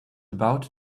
about